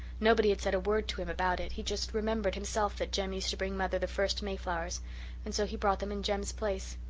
nobody had said a word to him about it he just remembered himself that jem used to bring mother the first mayflowers and so he brought them in jem's place.